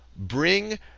bring